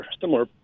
similar